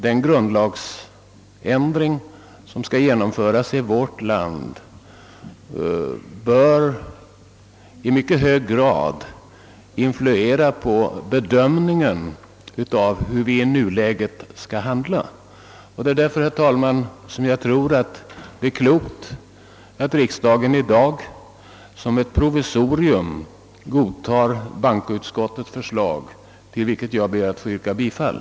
Den grundlagsändring som skall genomföras i vårt land bör i mycket hög grad influera på bedömningen av hur vi i nuläget skall handla. Jag tror därför, herr talman, att det är klokt att riksdagen i dag som ett provisorium godtar bankoutskottets förslag, till vilket jag ber att få yrka bifall.